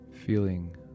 Feeling